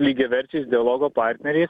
lygiaverčiais dialogo partneriai